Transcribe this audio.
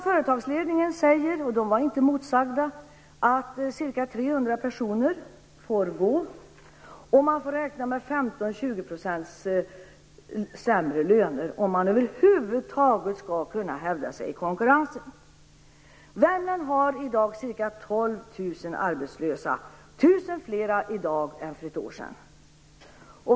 Företagsledningen säger, utan att vara motsagd, att ca 300 personer får gå, och man får också räkna med 15-20 % lägre löner om företaget över huvud taget skall kunna hävda sig i konkurrensen. Värmland har i dag ca 12 000 arbetslösa. Det är 1 000 fler än för ett år sedan.